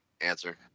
answer